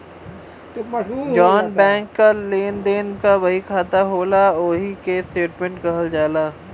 जौन बैंक क लेन देन क बहिखाता होला ओही के स्टेट्मेंट कहल जाला